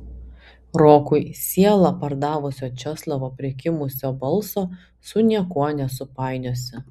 rokui sielą pardavusio česlovo prikimusio balso su niekuo nesupainiosi